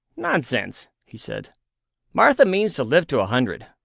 nonsense, he said martha means to live to a hundred.